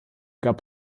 gab